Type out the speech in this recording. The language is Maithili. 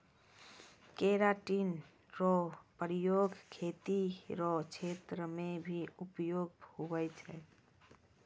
केराटिन रो प्रयोग खेती रो क्षेत्र मे भी उपयोग हुवै छै